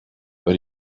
but